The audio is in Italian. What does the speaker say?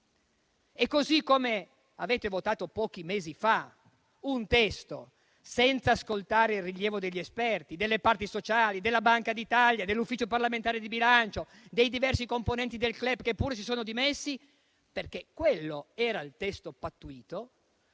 mesi fa avete votato un testo senza ascoltare il rilievo degli esperti, delle parti sociali, della Banca d'Italia, dell'Ufficio parlamentare di bilancio e dei diversi componenti del *club* che pure si sono dimessi, perché quello era il testo pattuito,